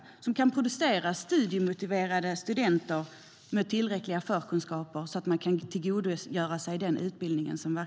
Den ska kunna producera studiemotiverade studenter med tillräckliga förkunskaper, så att de kan tillgodogöra sig den utbildning som ges.